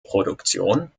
produktion